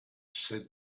said